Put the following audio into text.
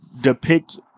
depict